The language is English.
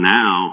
now